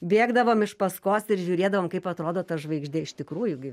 bėgdavom iš paskos ir žiūrėdavom kaip atrodo ta žvaigždė iš tikrųjų gi